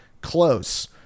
close